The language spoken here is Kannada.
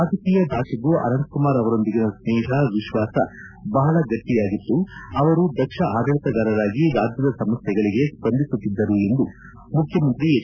ರಾಜಕೀಯದಾಚೆಗೂ ಅನಂತಕುಮಾರ್ ಅವರೊಂದಿಗಿನ ಸ್ನೇಹ ವಿಶ್ವಾಸ ಬಹಳ ಗಟ್ಟಿಯಾಗಿತ್ತು ಅವರು ದಕ್ಷ ಆದಳಿಗಾರರಾಗಿ ರಾಜ್ಯದ ಸಮಸ್ಯೆಗಳಿಗೆ ಸ್ಪಂದಿಸುತ್ತಿದ್ದರು ಎಂದು ಮುಖ್ಯಮಂತ್ರಿ ಎಚ್